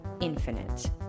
infinite